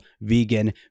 vegan